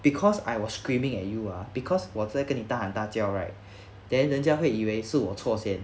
because I was screaming at you ah because 我在跟你大喊大叫 right then 人家会以为是我错先